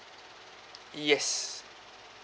yes